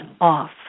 off